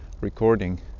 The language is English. recording